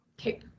Okay